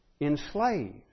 Enslaved